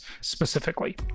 specifically